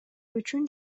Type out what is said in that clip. үчүн